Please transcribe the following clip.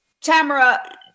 Tamara